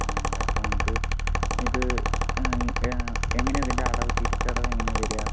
അങ്ങനെയാണല്ലേ അപ്പോ നമുക്ക് ഇത് എങ്ങനെയാ ഇതിൻ്റെ അടവ് തിരിച്ചടവ് എങ്ങനെ വരുവ